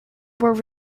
were